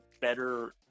better